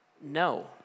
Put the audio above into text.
no